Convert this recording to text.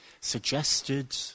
suggested